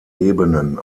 ebenen